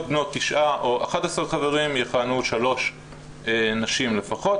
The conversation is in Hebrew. בנות תשעה או 11 חברים יכהנו שלוש נשים לפחות,